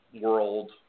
world